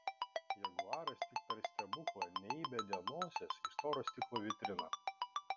jaguaras tik per stebuklą neįbedė nosies į storo stiklo vitriną